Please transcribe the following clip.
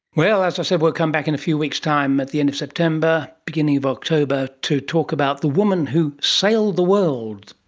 well, as i said, we will come back in a few weeks time at the end of september, beginning of october, to talk about the woman who sailed the world,